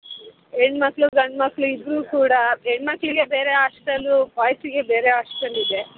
ಹೆಣ್ಣ್ ಮಕ್ಕಳು ಗಂಡು ಮಕ್ಕಳು ಇಬ್ಬರೂ ಕೂಡ ಹೆಣ್ಣು ಮಕ್ಕಳಿಗೇ ಬೇರೆ ಹಾಸ್ಟೆಲ್ಲೂ ಬಾಯ್ಸಿಗೇ ಬೇರೆ ಹಾಸ್ಟೆಲ್ ಇದೆ